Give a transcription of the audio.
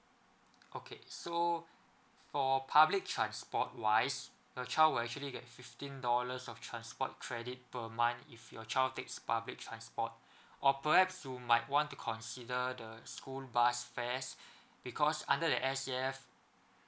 okay so for public transport wise your child will actually get fifteen dollars of transport credit per month if your child takes public transport or perhaps you might want to consider the school bus fares because under the S_C_F